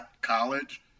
college